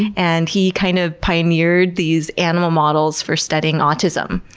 and he kind of pioneered these animal models for studying autism,